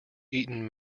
eton